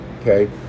Okay